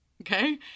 Okay